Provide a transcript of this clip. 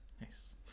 Nice